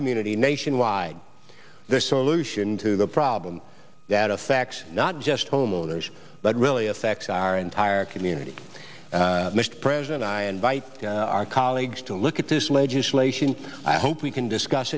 community nationwide their solution to the problem that affects not just homeowners but really affects our entire community mr president i invite our colleagues to look at this legislation i hope we can discuss